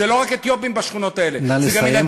אלה לא רק אתיופים בשכונות האלה,